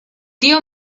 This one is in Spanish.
tío